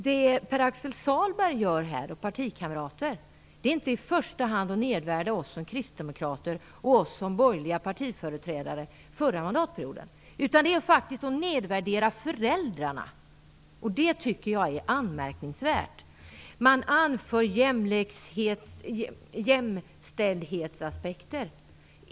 Det Pär-Axel Sahlberg och hans partikamrater gör är inte i första hand att nedvärdera oss kristdemokrater och oss som borgerliga partiföreträdare, utan det är att nedvärdera föräldrarna. Det tycker jag är anmärkningsvärt. Man anför jämställdhetsaspekter.